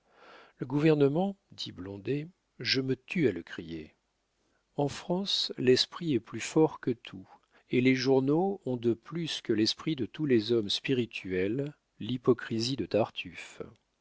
le gouvernement dit blondet je me tue à le crier en france l'esprit est plus fort que tout et les journaux ont de plus que l'esprit de tous les hommes spirituels l'hypocrisie de tartufe